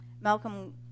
Malcolm